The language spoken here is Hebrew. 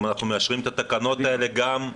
אם אנחנו מאשרים את התקנות האלה גם קדימה.